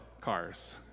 cars